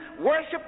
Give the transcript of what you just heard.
worship